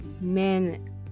men